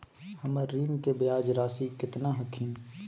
हमर ऋण के ब्याज रासी केतना हखिन?